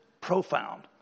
Profound